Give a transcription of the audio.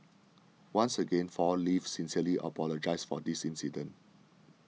once again Four Leaves sincerely apologises for this incident